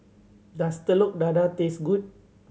does Telur Dadah taste good